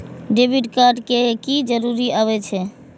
Debit card के की जरूर आवे छै?